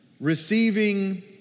receiving